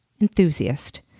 enthusiast